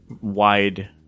wide